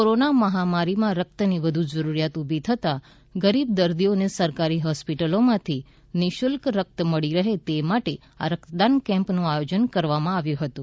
corona મહામારીમાં રક્તની વધુ જરૂરિયાત ઉભી થતાં ગરીબ દર્દીઓને સકકારી હોસ્પિટલોમાંથી નિઃશુલ્ક રક્ત મળી રહે તે માટે આ રક્તદાન કેમ્પનું આયોજન કરવામાં આવ્યું હતુ